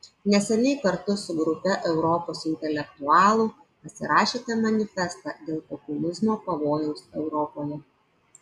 neseniai kartu su grupe europos intelektualų pasirašėte manifestą dėl populizmo pavojaus europoje